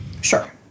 Sure